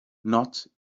not